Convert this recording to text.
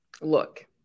look